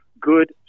good